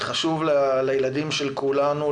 זה חשוב לילדים של כולנו,